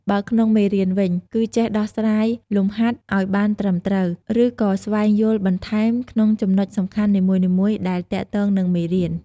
បើក្នុងមេរៀនវិញ គឺចេះដោះស្រាយលំហាត់ឲ្យបានត្រឹមត្រូវ ឬក៏ស្វែងយល់បន្ថែមក្នុងចំណុចសំខាន់នីមួយៗដែលទាក់ទងនឹងមេរៀន។